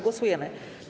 Głosujemy.